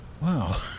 wow